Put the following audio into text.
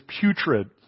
putrid